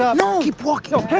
um keep walking